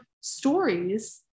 stories